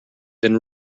than